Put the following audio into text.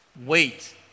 wait